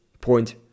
point